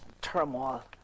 Turmoil